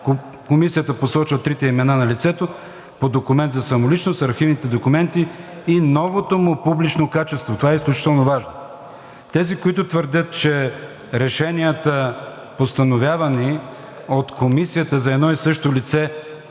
Комисията посочва трите имена на лицето по документ за самоличност, архивните документи, и новото му публично качество.“ Това е изключително важно. Тези, които твърдят, че решенията, постановявани от Комисията, са за едно и също лице,